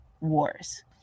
wars